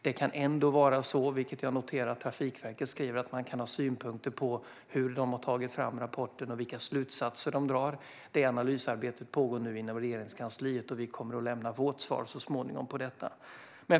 Det kan ändå vara så, som jag noterar att Trafikverket skriver, att man kan ha synpunkter på hur rapporten har tagits fram och vilka slutsatser som dras. Detta analysarbete pågår nu inom Regeringskansliet, och vi kommer att lämna vårt svar om detta så småningom.